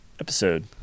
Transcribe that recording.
episode